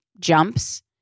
jumps